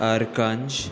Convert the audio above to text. आरकांश